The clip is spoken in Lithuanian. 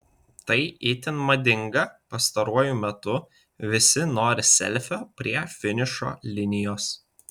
tai itin madinga pastaruoju metu visi nori selfio prie finišo linijos